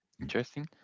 Interesting